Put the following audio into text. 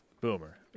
Boomer